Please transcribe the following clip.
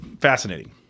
fascinating